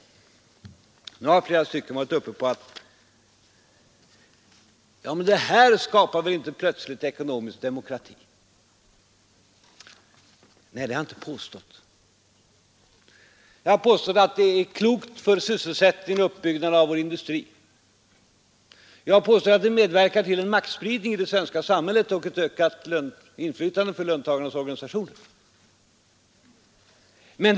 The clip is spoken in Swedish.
Nu har flera talare varit uppe och sagt: Ja, men det där skapar väl inte plötsligt ekonomisk demokrati? Nej, det har jag inte heller påstått. Jag har påstått att det är klokt och bra för sysselsättningen och för uppbyggnaden av vår industri, och jag har påstått att det medverkar till maktspridning i det svenska samhället och till ökat inflytande för löntagarnas organisationer.